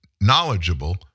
knowledgeable